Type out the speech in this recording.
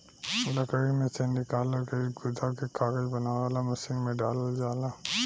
लकड़ी में से निकालल गईल गुदा के कागज बनावे वाला मशीन में डालल जाला